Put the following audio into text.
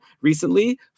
recently